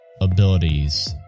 abilities